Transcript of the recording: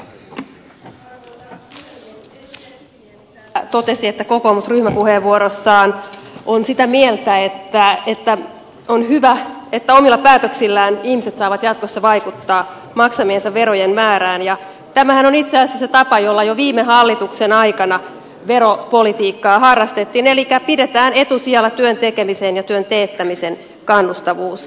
edustaja kiviniemi täällä totesi että kokoomus ryhmäpuheenvuorossaan on sitä mieltä että on hyvä että omilla päätöksillään ihmiset saavat jatkossa vaikuttaa maksamiensa verojen määrään ja tämähän on itse asiassa se tapa jolla jo viime hallituksen aikana veropolitiikkaa harrastettiin elikkä pidetään etusijalla työn tekemisen ja työn teettämisen kannustavuus